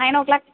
nine O clock